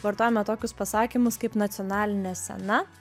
vartojame tokius pasakymus kaip nacionalinė scena